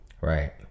Right